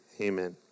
Amen